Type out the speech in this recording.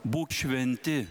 būt šventi